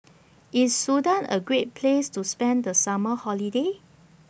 IS Sudan A Great Place to spend The Summer Holiday